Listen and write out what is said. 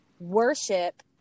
worship